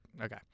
Okay